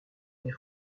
des